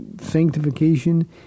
sanctification